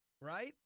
Right